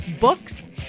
books